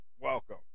Welcome